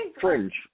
Fringe